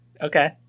Okay